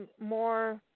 more